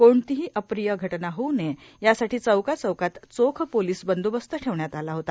कोणतिही अप्रिय घटना होऊ नये यासाठी चौकाचौकात चोख पोलीस बंदोबस्त ठेवण्यात आला होता